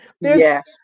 yes